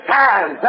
time